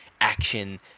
action